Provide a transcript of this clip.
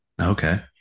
Okay